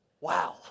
Wow